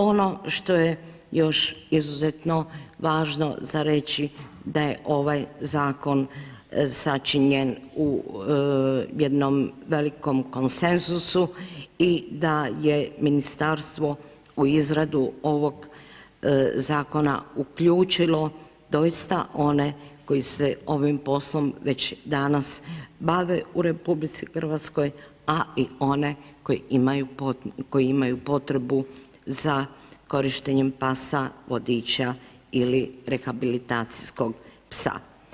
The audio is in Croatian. Ono što je još izuzetno važno za reći da je ovaj zakon sačinjen u jednom velikom konsenzusu i da je ministarstvo u izradu ovog zakona uključilo doista one koji se ovim poslom već danas bave u RH, a i one koji imaju potrebu za korištenjem pasa vodiča ili rehabilitacijskog psa.